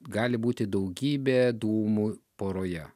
gali būti daugybė dūmų poroje